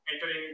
entering